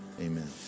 amen